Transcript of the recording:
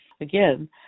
Again